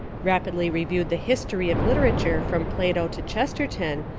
rapidly reviewed the history of litera ture from plato to chesterton,